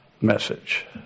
message